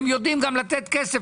הם יודעים לתת כסף,